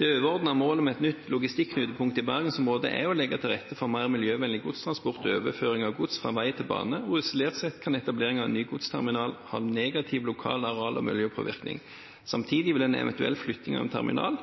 overordna målet med eit nytt logistikknutepunkt i Bergensområdet er å leggje til rette for meir miljøvenleg godstransport og overføring av gods frå veg til bane. Isolert sett kan etablering av ein ny godsterminal ha negativ lokal areal- og miljøpåverknad. Samstundes vil ei eventuell flytting av terminalen